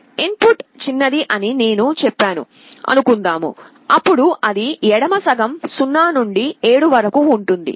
in put చిన్నది అని నేను చెప్పాను అనుకుందాము అప్పుడు అది ఎడమ సగం 0 నుండి 7 వరకు ఉంటుంది